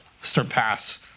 surpass